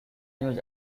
news